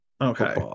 Okay